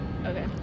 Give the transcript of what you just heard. okay